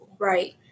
Right